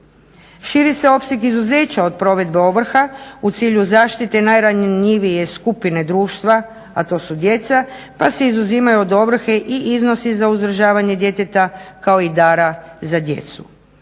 Širi se opseg izuzeća od provedbe ovrha u cilju zaštite najranjivije skupine društva a to su djeca, pa se oduzimaju od ovrhe i iznosi za uzdržavanje djeteta kao i dara za djecu.